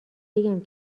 بگم